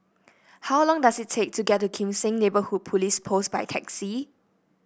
how long does it take to get to Kim Seng Neighbourhood Police Post by taxi